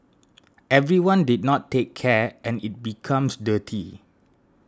everyone did not take care and it becomes dirty